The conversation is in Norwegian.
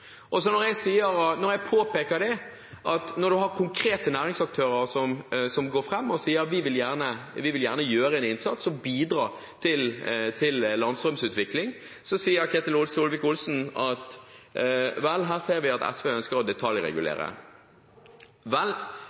når jeg påpeker at når en har konkrete næringsaktører som går fram og sier at de gjerne vil gjøre en innsats og bidra til landstrømutvikling, så sier Statsråd Ketil Solvik-Olsen: Vel, her ser vi at SV ønsker å detaljregulere.